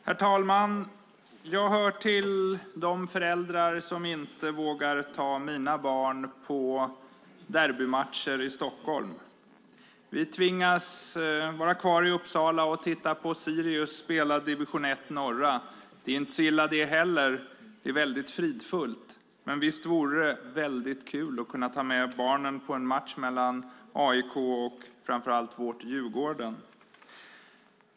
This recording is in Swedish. Herr talman! Jag hör till de föräldrar som inte vågar ta med barnen på derbymatcher i Stockholm. Vi tvingas vara kvar i Uppsala och titta på när Sirius spelar i division 1 norra. Det är inte så illa. Det är väldigt fridfullt. Men visst vore det kul att kunna ta med barnen på en match mellan AIK och vårt Djurgården.